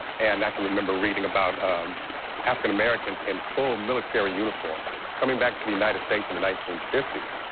and i can remember reading about um african americans in full military uniform coming back to the united states in the nineteen fifty s.